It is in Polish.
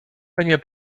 nie